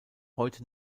heute